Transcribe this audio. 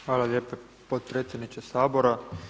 Hvala lijepa potpredsjedniče Sabora.